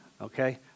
okay